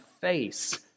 face